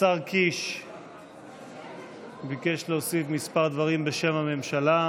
השר קיש ביקש להוסיף כמה דברים בשם הממשלה.